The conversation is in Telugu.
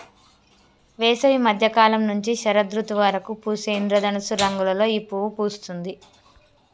వేసవి మద్య కాలం నుంచి శరదృతువు వరకు పూసే ఇంద్రధనస్సు రంగులలో ఈ పువ్వు పూస్తుంది